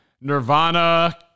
Nirvana